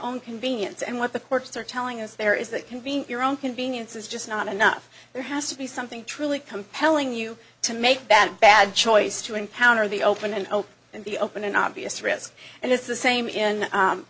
own convenience and what the courts are telling us there is that can be your own convenience is just not enough there has to be something truly compelling you to make bad bad choice to encounter the open and then be open in obvious risks and it's the same in